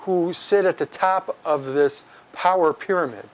who sit at the top of this power pyramid